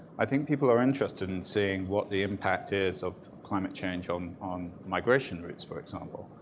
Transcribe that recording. i think people are interested in seeing what the impact is of climate change on on migration routes, for example.